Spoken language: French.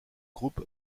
groupe